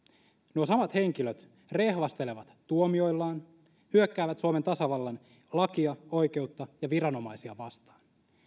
nuo samat henkilöt rehvastelevat tuomioillaan hyökkäävät suomen tasavallan lakia oikeutta ja viranomaisia vastaan